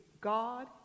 God